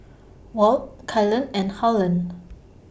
Walt Kaylan and Harlon